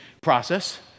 process